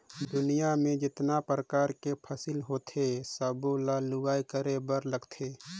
दुनियां में जेतना परकार के फसिल होथे सबो ल लूवाई करे बर लागथे